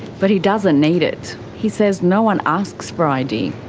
but he doesn't need it. he says no one asks for id.